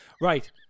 Right